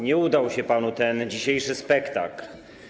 Nie udał się panu ten dzisiejszy spektakl.